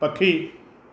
पखी